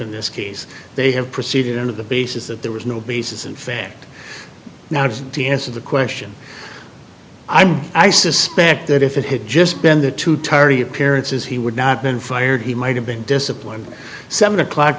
in this case they have proceeded into the basis that there was no basis in fact now just to answer the question i'm i suspect that if it had just been the two tardy appearances he would not been fired he might have been disciplined seven o'clock